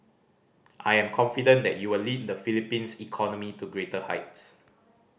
I am confident that you will lead the Philippines economy to greater heights